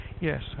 Yes